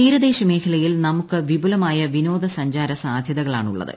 തീരദേശ മേഖലയിൽ നമുക്ക് വിപുലമായ വിനോദ സഞ്ചാര സാധ്യതകളാണുള്ളത്